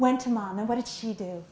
went to mom and what did she do